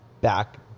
back